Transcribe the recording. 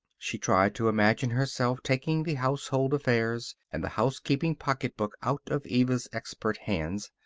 she tried to imagine herself taking the household affairs and the housekeeping pocket-book out of eva's expert hands.